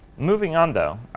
moving on though,